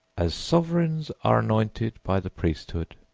as sovereigns are anointed by the priesthood,